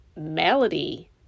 melody